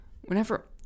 whenever